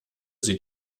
sie